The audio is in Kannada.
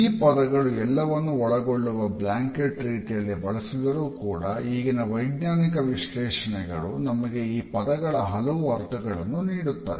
ಈ ಪದಗಳು ಎಲ್ಲವನ್ನು ಒಳಗೊಳ್ಳುವ ಬ್ಲಾಂಕೆಟ್ ರೀತಿಯಲ್ಲಿ ಬಳಸಿದರೂ ಕೂಡ ಈಗಿನ ವೈಜ್ಞಾನಿಕ ವಿಶ್ಲೇಷಣೆಗಳು ನಮಗೆ ಈ ಪದಗಳ ಹಲವು ಅರ್ಥಗಳನ್ನು ನೀಡುತ್ತದೆ